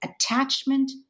attachment